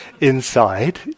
inside